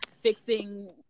fixing